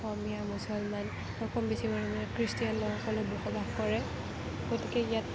অসমীয়া মুছলমান অসম কম বেছি পৰিমাণে খ্ৰীষ্টান ল'ৰা ছোৱালী বসবাস কৰে গতিকে ইয়াত